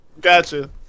Gotcha